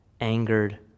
angered